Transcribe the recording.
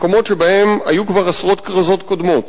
מקומות שבהם היו כבר עשרות כרזות קודמות.